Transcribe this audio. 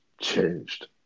changed